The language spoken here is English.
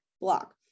block